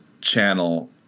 channel